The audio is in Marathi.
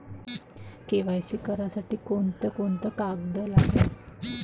के.वाय.सी करासाठी कोंते कोंते कागद लागन?